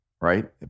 right